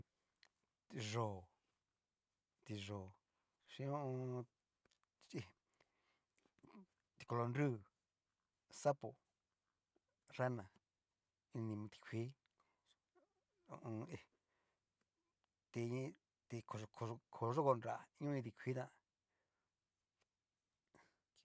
Yó ti'yó hi ti kolo nrú, sapo, rana, ini ti kuii ho o on. hí ti koyo koyo koyokonra ño ini ti kuii tán.